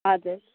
हजुर